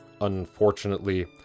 Unfortunately